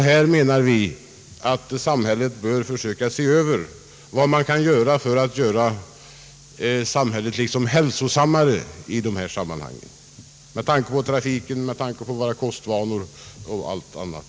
Vi menar att man på detta sätt bör se över vad som kan göras för att samhället skall bli hälsosammare i dessa sammanhang med tanke på trafiken, våra kostvanor och allt detta.